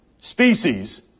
species